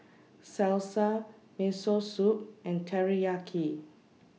Salsa Miso Soup and Teriyaki